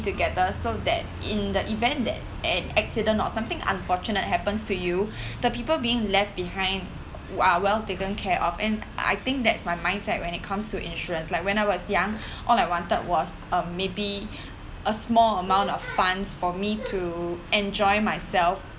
together so that in the event that an accident or something unfortunate happens to you the people being left behind who are well taken care of and I think that's my mindset when it comes to insurance like when I was young all I wanted was a maybe a small amount of funds for me to enjoy myself